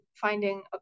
finding